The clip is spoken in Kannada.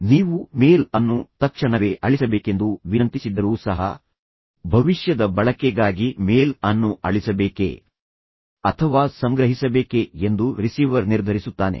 ನೀವು ಮೇಲ್ ಅನ್ನು ತಕ್ಷಣವೇ ಅಳಿಸಬೇಕೆಂದು ವಿನಂತಿಸಿದ್ದರೂ ಸಹ ಭವಿಷ್ಯದ ಬಳಕೆಗಾಗಿ ಮೇಲ್ ಅನ್ನು ಅಳಿಸಬೇಕೇ ಅಥವಾ ಸಂಗ್ರಹಿಸಬೇಕೇ ಎಂದು ರಿಸೀವರ್ ನಿರ್ಧರಿಸುತ್ತಾನೆ